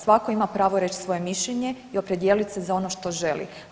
Svatko ima pravo reći svoje mišljenje i opredijelit se za ono što želi.